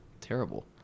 Terrible